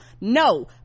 No